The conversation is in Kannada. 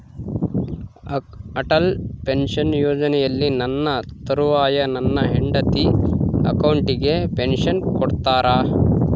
ಅಟಲ್ ಪೆನ್ಶನ್ ಯೋಜನೆಯಲ್ಲಿ ನನ್ನ ತರುವಾಯ ನನ್ನ ಹೆಂಡತಿ ಅಕೌಂಟಿಗೆ ಪೆನ್ಶನ್ ಕೊಡ್ತೇರಾ?